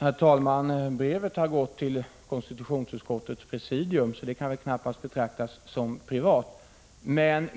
Herr talman! Brevet har gått till konstitutionsutskottets presidium, så det kan väl knappast betraktas som privat.